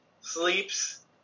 sleeps